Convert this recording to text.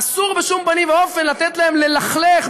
אסור בשום פנים ואופן לתת להם ללכלך,